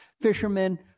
fishermen